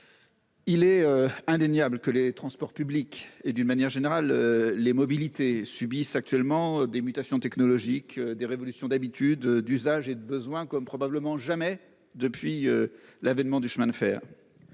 Il est indéniable que les transports publics et, d'une manière générale, les mobilités connaissent actuellement des mutations technologiques, des révolutions d'habitudes, d'usages et de besoins probablement inédites depuis l'avènement du chemin de fer.